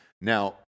now